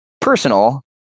personal